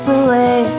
away